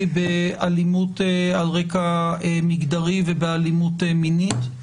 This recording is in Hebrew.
באלימות על רקע מגדרי ובאלימות מינית.